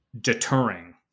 deterring